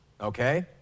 okay